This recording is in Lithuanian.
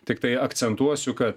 tiktai akcentuosiu kad